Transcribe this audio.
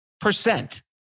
percent